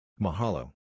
Mahalo